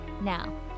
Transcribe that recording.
Now